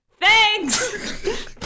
Thanks